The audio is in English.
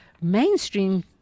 mainstream